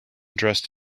dressed